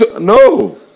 no